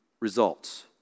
results